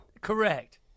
Correct